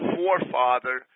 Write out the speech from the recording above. forefather